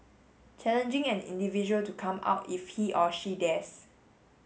challenging an individual to come out if he or she dares